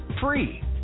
free